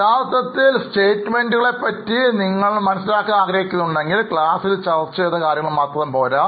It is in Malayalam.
യഥാർത്ഥത്തിൽ പ്രസ്താവനകളെ കുറിച്ച് നിങ്ങൾക്ക് അറിയണമെന്നുണ്ടെങ്കിൽ ക്ലാസിൽ ചർച്ച ചെയ്ത കാര്യങ്ങൾ മാത്രം പോരാ